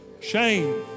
shame